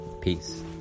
peace